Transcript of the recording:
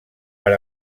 per